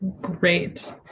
great